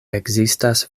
ekzistas